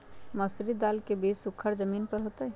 मसूरी दाल के बीज सुखर जमीन पर होतई?